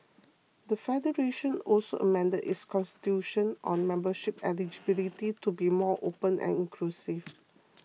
the federation also amended its constitution on membership eligibility to be more open and inclusive